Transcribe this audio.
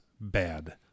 bad